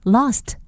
,Lost